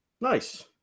Nice